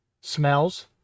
smells